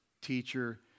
teacher